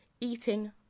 eating